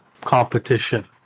competition